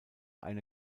eine